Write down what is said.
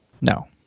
No